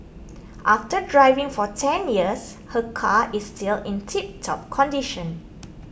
after driving for ten years her car is still in tiptop condition